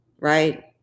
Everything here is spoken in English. Right